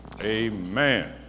Amen